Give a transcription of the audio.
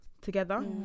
together